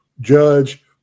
judge